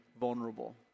vulnerable